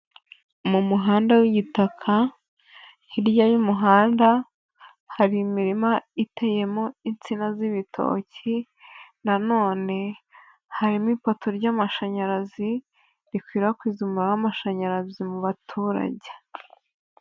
Mu muhanda w'igitaka hirya y'umuhanda hari imirima iteyemo insina z'ibitoki, nanone harimo ipoto ry'amashanyarazi rikwirakwiza umuriro w'amashanyarazi mu baturage.